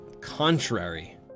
contrary